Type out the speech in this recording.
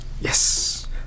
Yes